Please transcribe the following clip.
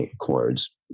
chords